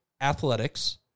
athletics